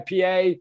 PA